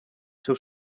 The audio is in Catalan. seus